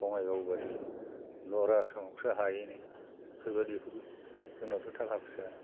बङाइगाव बायदि लवार आसामआवसो हायोनो बेफोरबादिखौबो जोंनावथ' थाखा फैसा